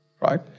right